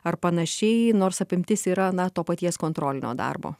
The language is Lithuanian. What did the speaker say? ar panašiai nors apimtis yra na to paties kontrolinio darbo